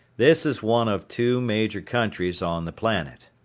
this is one of two major countries on the planet.